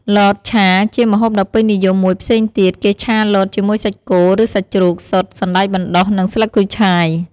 លតឆាជាម្ហូបដ៏ពេញនិយមមួយផ្សេងទៀតគេឆាលតជាមួយសាច់គោ ឬសាច់ជ្រូក ស៊ុត សណ្ដែកបណ្ដុះ និងស្លឹកគូឆាយ។